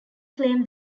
claim